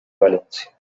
valencia